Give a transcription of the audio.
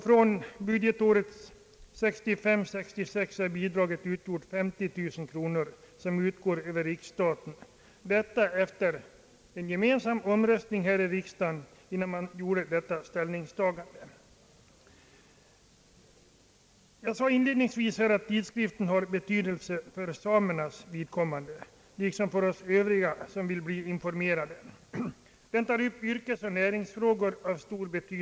Från budgetåret 1965/66 är bidraget 530 000 kronor, vilket belopp utgår över riksstaten, detta efter gemensam omröstning här i riksdagen. Jag sade inledningsvis att tidskriften har betydelse för samernas vidkommande liksom för oss övriga som vill bli informerade. Den tar upp yrkesoch näringsfrågor av stor vikt.